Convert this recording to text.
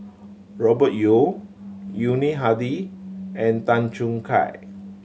Robert Yeo Yuni Hadi and Tan Choo Kai